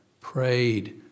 prayed